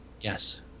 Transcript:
Yes